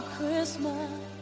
Christmas